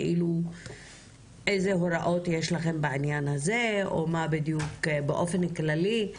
כאילו איזה הוראות יש לכם בעניין הזה או מה בדיוק באופן כללי?